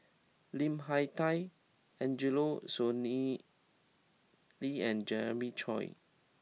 Lim Hak Tai Angelo Sanelli lee and Jeremiah Choy